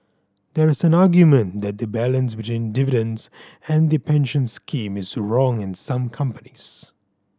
there is an argument that the balance between dividends and the pension scheme is wrong in some companies